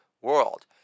world